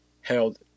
held